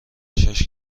شاش